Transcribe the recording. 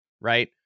Right